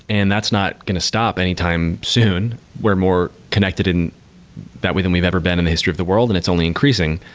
and that's not going to stop anytime soon. we're more connected in that way than we've ever been in the history of the world, and it's only increasing.